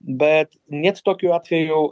bet nieks tokiu atveju